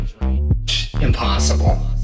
Impossible